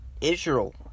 Israel